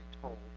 told